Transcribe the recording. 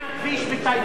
מה עם הכביש לטייבה?